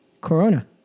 corona